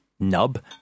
Nub